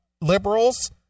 liberals